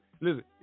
listen